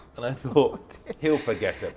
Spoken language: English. and i thought he'll forget